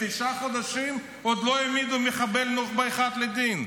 תשעה חודשים עוד לא העמידו מחבל נוח'בה אחד לדין.